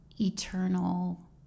Eternal